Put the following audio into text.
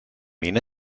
mean